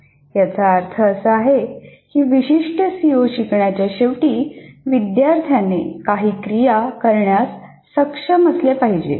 याचा अर्थ असा आहे की विशिष्ट सीओ शिकण्याच्या शेवटी विद्यार्थ्याने काही क्रिया करण्यास सक्षम असले पाहिजे